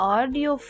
Audio